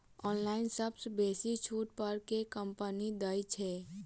Online सबसँ बेसी छुट पर केँ कंपनी दइ छै?